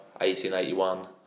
1881